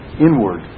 inward